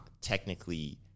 technically